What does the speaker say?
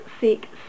seek